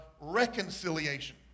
reconciliation